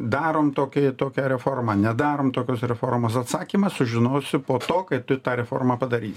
darom tokį tokią reformą nedarom tokios reformos atsakymą sužinosiu po to kai tu tą reformą padary